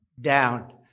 down